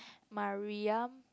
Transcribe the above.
Mariam